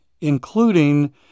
including